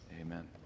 amen